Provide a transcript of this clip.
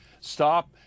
stop